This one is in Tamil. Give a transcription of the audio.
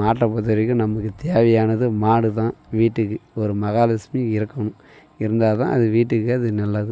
மாட்டை பொறுத்த வரைக்கும் நமக்கு தேவையானது மாடு தான் வீட்டுக்கு ஒரு மகாலெட்சுமி இருக்கணும் இருந்தால் தான் அது வீட்டுக்கு அது நல்லது